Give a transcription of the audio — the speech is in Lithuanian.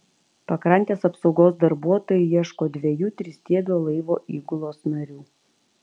pakrantės apsaugos darbuotojai ieško dviejų tristiebio laivo įgulos narių